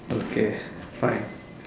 okay fine